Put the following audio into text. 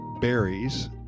berries